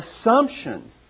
assumption